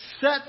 set